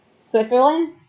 Switzerland